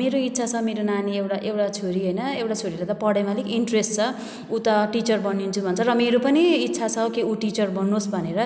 मेरो इच्छा छ मेरो नानी एउटा एउटा छोरी हैन एउटा छोरीलाई त पढाइमा अलिक इन्ट्रेस्ट छ ऊ त टिचर बनिन्छु भन्छ र मेरो पनि इच्छा छ कि ऊ टिचर बनोस् भनेर